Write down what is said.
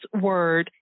word